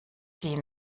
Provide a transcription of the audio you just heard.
sie